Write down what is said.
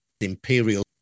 imperial